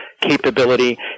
capability